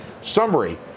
summary